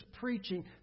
preaching